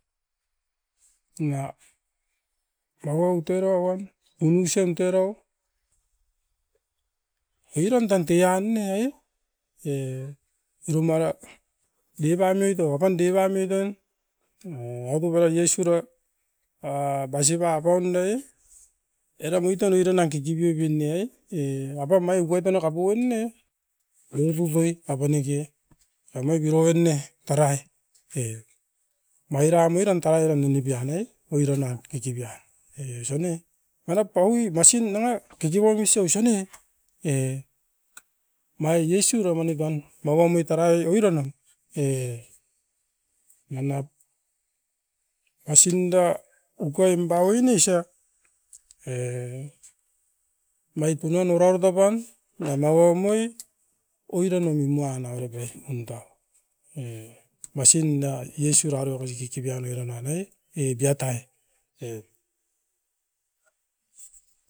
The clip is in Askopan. nia mau-au tera uan. Unusion terau oiran tan teian ne ai e iru maua dipan oit o apan diki pamit oi. Ai autop ara iesu era, a bisipa apaundei? Era muiton oiron nan kikipiu pin ne ai, apam mai ukaipe naka poun ne. Oitutoi apanike amai kirouen ne, tarai. Mairan oiran tauairan minipian ne? Oiran nan kikipian. E osoan e, manap paui masin nanga kikipoim isoi isio ne, e mai iesu raubani pan, maua moit tarai oiran na. E manap asunda ukoim bauinisa e mai tunion orau okapan namau omoi oiran na nimuan. E masin da iesu rarobi kikipian oiran nan ai, e biatai. E.